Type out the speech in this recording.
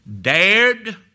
dared